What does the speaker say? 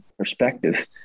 perspective